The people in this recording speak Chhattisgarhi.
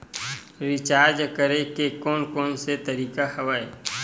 रिचार्ज करे के कोन कोन से तरीका हवय?